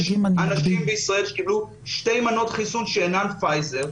יש בישראל אנשים שקיבלו שתי מנות חיסון שאינן פייזר.